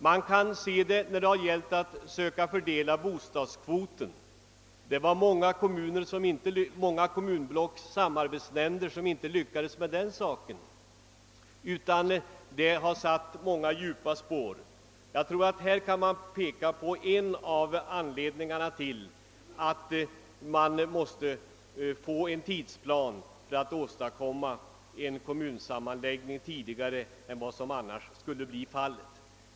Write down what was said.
Man kan se detta när det gällt att söka fördela bostadskvoten. Det var många kommunblocks samarbetsnämnder som inte lyckades med den saken, och detta har satt många djupa spår. Jag tror att man här har en av anledningarna till att vi måste få en tidsplan för att åstadkomma en kommunsammanläggning tidigare än som annars skulle bli fallet.